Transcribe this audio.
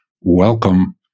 welcome